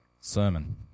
sermon